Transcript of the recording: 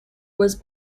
was